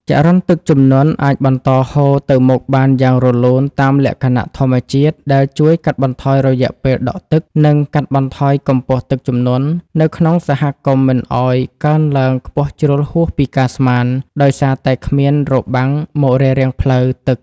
ចរន្តទឹកជំនន់អាចបន្តហូរទៅមុខបានយ៉ាងរលូនតាមលក្ខណៈធម្មជាតិ ដែលជួយកាត់បន្ថយរយៈពេលដក់ទឹក និងកាត់បន្ថយកម្ពស់ទឹកជំនន់នៅក្នុងសហគមន៍មិនឱ្យកើនឡើងខ្ពស់ជ្រុលហួសពីការស្មាន ដោយសារតែគ្មានរបាំងមករារាំងផ្លូវទឹក។